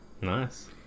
Nice